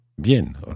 bien